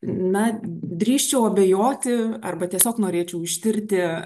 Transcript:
na drįsčiau abejoti arba tiesiog norėčiau ištirti